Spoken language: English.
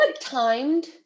timed